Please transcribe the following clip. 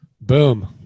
Boom